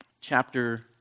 chapter